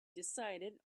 decided